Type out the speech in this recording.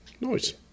nice